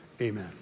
Amen